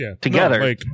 together